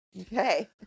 Okay